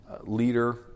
leader